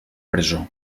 presó